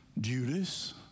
Judas